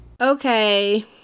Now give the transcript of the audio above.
Okay